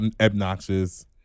obnoxious